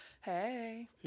hey